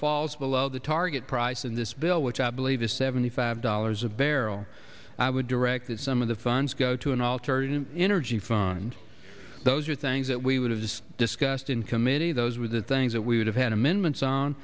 falls below the target price in this bill which i believe is seventy five dollars a barrel i would direct that some of the funds go to an alternate energy fund those are things that we would have just discussed in committee those were the things that we would have had amendments on